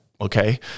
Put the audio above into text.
okay